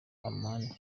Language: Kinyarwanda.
amani